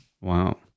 Wow